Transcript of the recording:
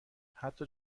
حتی